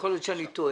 יכול להיות שאני טועה.